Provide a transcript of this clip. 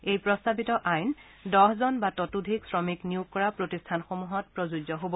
এই প্ৰস্তাৱিত আইন দহজন বা ততোধিক শ্ৰমিক নিয়োগ কৰা প্ৰতিষ্ঠানসমূহত প্ৰযোজ্য হব